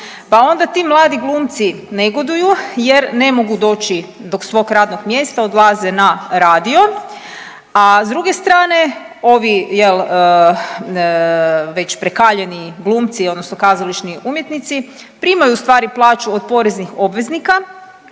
pa onda ti mladi glumci negoduju jer ne mogu doći do svog radnog mjesta odlaze na radio, a s druge strane ovi već prekaljeni glumci odnosno kazališni umjetnici primaju ustvari plaću od poreznih obveznika,